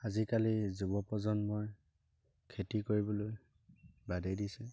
আজিকালি যুৱ প্ৰজন্মই খেতি কৰিবলৈ বাদেই দিছে